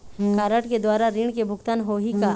Card के द्वारा ऋण के भुगतान होही का?